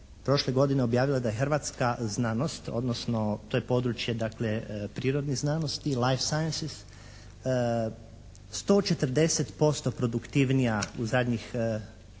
prošle godine objavila da je Hrvatska znanost, odnosno to je područje dakle prirodnih znanosti live siences. 140% produktivnija u zadnjih